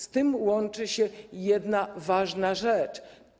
Z tym łączy się jedna ważna rzecz.